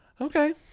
Okay